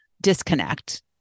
disconnect